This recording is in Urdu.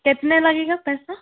کتنے لگے گا پیسہ